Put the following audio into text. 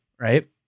right